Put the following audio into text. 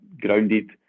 grounded